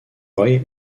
roy